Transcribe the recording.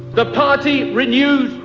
the party renewed,